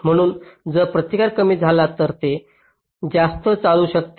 म्हणून जर प्रतिकार कमी झाला तर ते जास्त चालू शकते